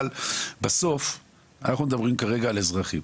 אבל בסוף, אנחנו מדברים כרגע על אזרחים.